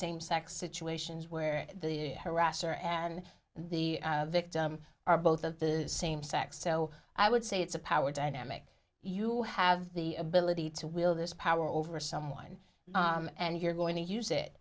same sex situations where the harasser and the victim are both of the same sex so i would say it's a power dynamic you have the ability to wield this power over someone and you're going to use it